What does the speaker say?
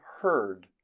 heard